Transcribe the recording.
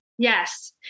Yes